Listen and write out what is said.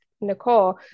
Nicole